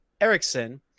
Erickson